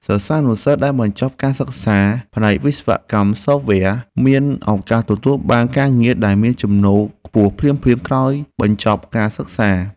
សិស្សានុសិស្សដែលបញ្ចប់ការសិក្សាផ្នែកវិស្វកម្មសូហ្វវែរមានឱកាសទទួលបានការងារដែលមានចំណូលខ្ពស់ភ្លាមៗក្រោយបញ្ចប់ការសិក្សា។